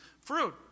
fruit